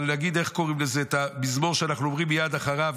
אבל להגיד את המזמור שאנחנו אומרים מייד אחריו,